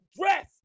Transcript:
dress